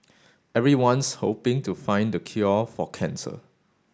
everyone's hoping to find the cure for cancer